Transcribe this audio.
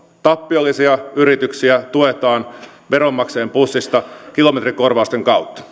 tappiollisia yrityksiä tuetaan veronmaksajien pussista kilometrikorvausten kautta jos